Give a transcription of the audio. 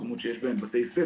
מקומות שיש בהם בתי-ספר,